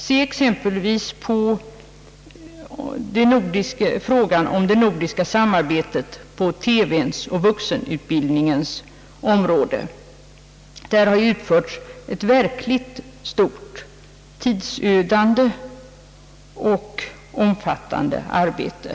Se exempelvis på frågan om det nordiska samarbetet på televisionens och vuxenutbildningens områden, där det har utförts ett både tidsödande och omfattande arbete.